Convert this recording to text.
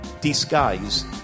Disguise